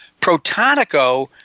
Protonico